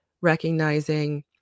recognizing